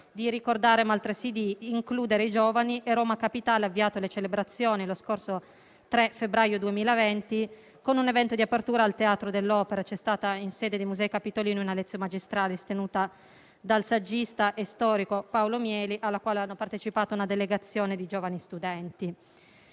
di ricordare ma altresì di includere i giovani, e Roma Capitale ha avviato le celebrazioni lo scorso 3 febbraio 2020 con un evento di apertura al Teatro dell'opera: c'è stata, in sede di Musei Capitolini, una *lectio magistralis* tenuta dal saggista e storico Paolo Mieli, alla quale ha partecipato una delegazione di giovani studenti.